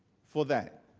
for that.